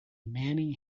manny